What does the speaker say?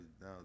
now